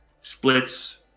splits